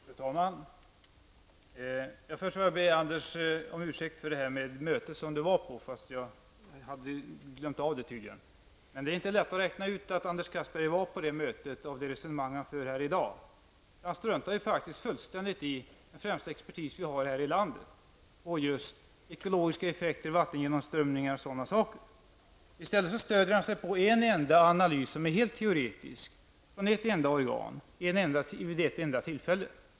Fru talman! Först får jag be Anders Castberger om ursäkt för det jag sade om mötet. Jag hade tydligen glömt bort att Anders Castberger var där. Men det är inte lätt att räkna ut det av det resonemang som Anders Castberger för. Han struntar fullständigt i den främsta expertis som vi har i det här landet när det gäller ekologiska effekter, vattengenomströmningar osv. I stället stöder han sig på en enda analys som är helt teoretisk, en analys från ett enda organ vid ett enda tillfälle.